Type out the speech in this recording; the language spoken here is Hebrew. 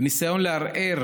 בניסיון לערער